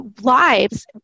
lives